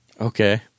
Okay